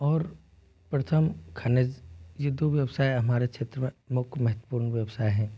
और प्रथम खनिज ये दो व्यवसाय हमारे क्षेत्र में मुख्य महत्वपूर्ण व्यवसाय हैं